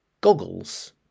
Goggles